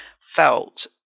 felt